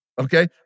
Okay